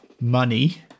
money